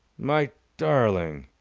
my darling!